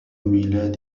ميلاد